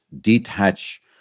detach